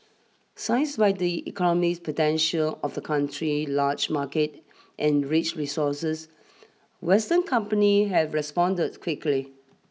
seized by the economic potential of the country large market and rich resources western companies have responded quickly